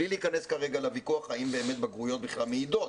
בלי להיכנס כרגע לוויכוח האם באמת בגרויות בכלל מעידות